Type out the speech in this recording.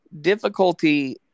Difficulty